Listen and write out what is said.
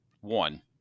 One